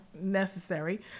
necessary